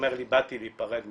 ואומר לי "באתי להיפרד ממך".